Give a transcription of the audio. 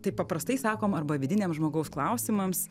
tai paprastai sakom arba vidiniam žmogaus klausimams